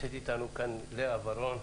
נמצאת איתנו כאן לאה ורון,